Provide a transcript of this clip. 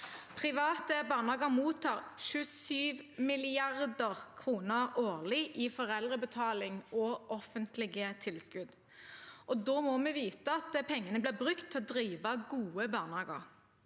Private barnehager mottar 27 mrd. kr årlig i foreldrebetaling og offentlige tilskudd, og da må vi vite at pengene blir brukt til å drive gode barnehager.